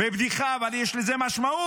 בבדיחה, אבל יש לזה משמעות.